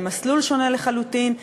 במסלול שונה לחלוטין,